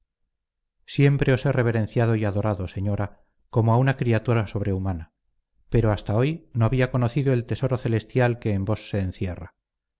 siempre os he reverenciado y adorado señora como a una criatura sobrehumana pero hasta hoy no había conocido el tesoro celestial que en vos se encierra